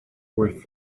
worth